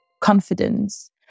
confidence